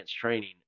training